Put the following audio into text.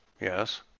yes